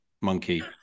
monkey